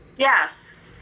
Yes